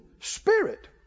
spirit